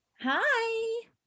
hi